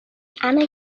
anna